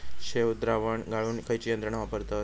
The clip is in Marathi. शेणद्रावण गाळूक खयची यंत्रणा वापरतत?